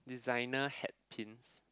designer hat pins